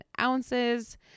ounces